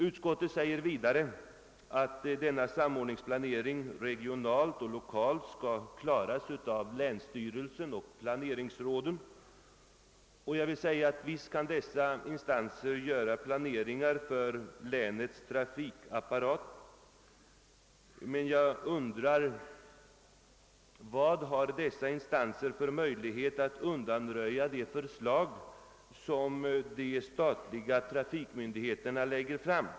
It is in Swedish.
Utskottet uttalar vidare att den samordnande planeringen — regionalt och lokalt — skall klaras av länsstyrelserna och planeringsråden. Och visst kan dessa instanser genomföra planering för länets trafikapparat. Men jag undrar: Vilka möjligheter har dessa instanser att undanröja de förslag som de statliga trafikmyndigheterna lägger fram?